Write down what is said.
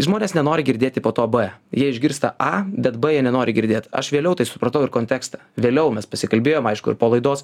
žmonės nenori girdėti po to b jie išgirsta a bet b jie nenori girdėt aš vėliau tai supratau ir kontekstą vėliau mes pasikalbėjom aišku ir po laidos